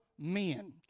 men